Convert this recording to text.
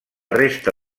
resta